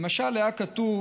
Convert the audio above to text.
למשל, היה כתוב